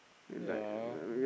ya